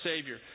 Savior